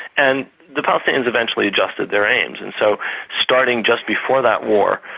and the palestinians eventually adjusted their aims, and so starting just before that war,